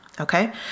Okay